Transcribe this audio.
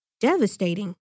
devastating